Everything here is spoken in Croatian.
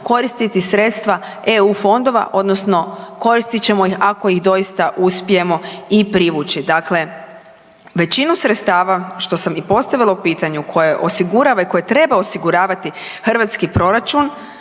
koristiti sredstva eu fondova odnosno koristit ćemo ih ako ih doista uspijemo i privući. Dakle, većinu sredstava što sam i postavila u pitanju koje osigurava i koje treba osiguravati hrvatski proračun